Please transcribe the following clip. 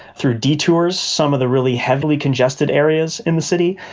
through detours, some of the really heavily congested areas in the city,